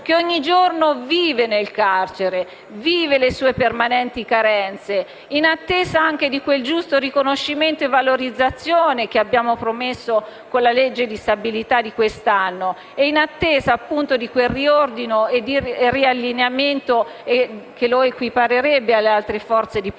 che ogni giorno vive nel carcere e ne subisce le sue permanenti carenze, in attesa di quel giusto riconoscimento, di quella valorizzazione che abbiamo promesso con la legge di stabilità di quest'anno e di quel riordino e riallineamento che lo equiparerebbero alle altre forze di polizia.